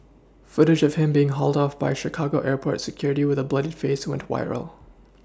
footage of him being hauled off by Chicago airport security with a bloodied face went viral